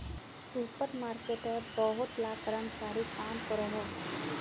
super मार्केटोत बहुत ला कर्मचारी काम करोहो